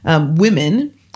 women